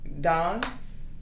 Dance